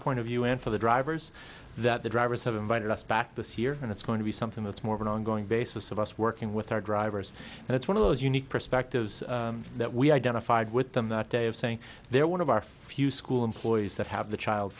point of view and for the drivers that the drivers have invited us back this year and it's going to be something that's more of an ongoing basis of us working with our drivers and it's one of those unique perspectives that we identified with them that day of saying they're one of our few school employees that have the child